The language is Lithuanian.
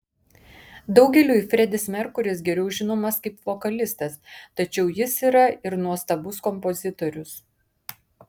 daugeliui fredis merkuris geriau žinomas kaip vokalistas tačiau jis yra ir nuostabus kompozitorius